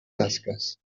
tasques